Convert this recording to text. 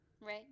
right